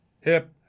Hip